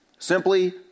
simply